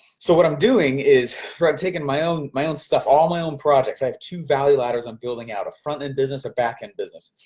so what i'm doing is i've taken my own my own stuff, all my own projects, i have two value ladders i'm building out, a front-end business, a back-end business.